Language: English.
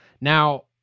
Now